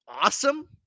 awesome